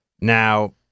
now